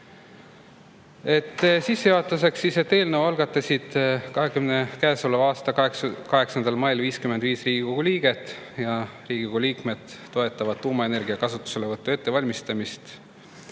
Sissejuhatuseks, eelnõu algatasid käesoleva aasta 8. mail 55 Riigikogu liiget. Riigikogu liikmed toetavad tuumaenergia kasutuselevõtu ettevalmistamist